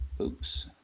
oops